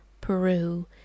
Peru